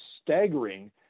staggering